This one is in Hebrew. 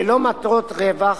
ללא מטרות רווח,